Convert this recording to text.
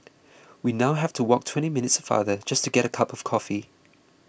we now have to walk twenty minutes farther just to get a cup of coffee